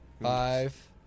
Five